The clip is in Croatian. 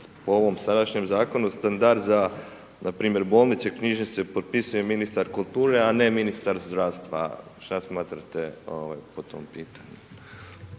u ovom sadašnjem zakonu, standard za npr. bolnice, knjižnice, propisuje ministar kulture, a ne ministar zdravstva, šta smatrate po tom pitanju.